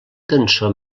tensor